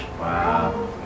Wow